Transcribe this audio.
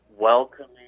welcoming